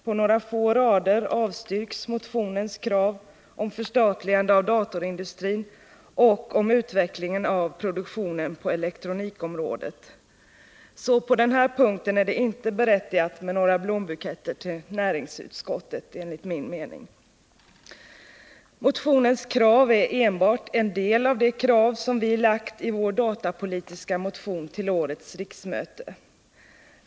På några få rader avstyrks motionens krav på förstatligande av datorindustrin och på utvecklingen av produktionen på elektronikområdet. På den här punkten är det alltså inte berättigat med några blombuketter till näringsutskottet, enligt min mening. Motionens krav är enbart en del av de krav som vi har lagt fram i vår datapolitiska motion till årets riksmöte.